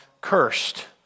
cursed